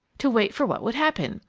to wait for what would happen.